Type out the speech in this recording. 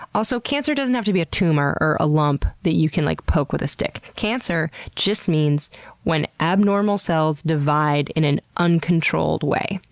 also, cancer doesn't have to be a tumor or a lump that you can, like, poke with a stick. cancer just means when abnormal cells divide in an uncontrolled way.